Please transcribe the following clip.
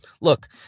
Look